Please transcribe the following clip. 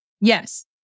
Yes